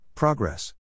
Progress